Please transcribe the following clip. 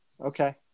okay